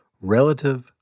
relative